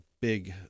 big